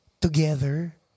together